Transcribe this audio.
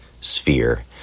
sphere